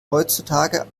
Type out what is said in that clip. heutzutage